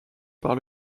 par